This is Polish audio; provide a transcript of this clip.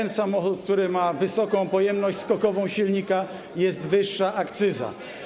Na samochód, który ma wysoką pojemność skokową silnika, jest wyższa akcyza.